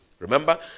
Remember